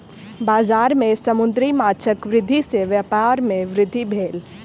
बजार में समुद्री माँछक वृद्धि सॅ व्यापार में वृद्धि भेल